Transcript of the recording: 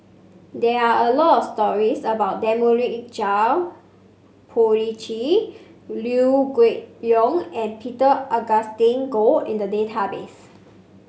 there are a lot stories about Dominic Puthucheary Liew Geok Leong and Peter Augustine Goh in the database